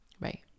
Right